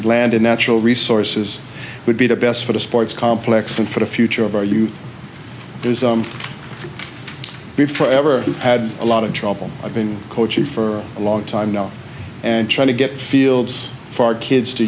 and natural resources would be the best for the sports complex and for the future of our youth there's be for ever had a lot of trouble i've been coaching for a long time now and trying to get fields for our kids to